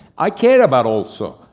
i care about also,